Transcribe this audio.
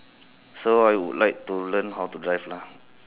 so I would like to learn how to drive lah